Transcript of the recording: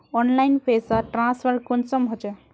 Online पैसा transfer कुंसम होचे?